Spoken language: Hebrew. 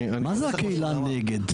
מה זה קהילה נגד,